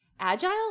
agile